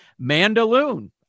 mandaloon